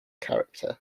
character